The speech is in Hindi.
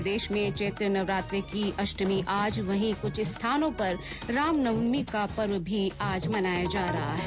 प्रदेश में चैत्र नवरात्रे की अष्टमी आज वहीं कुछ स्थानों पर रामनवमी का पर्व भी आज मनाया जा रहा है